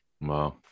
Wow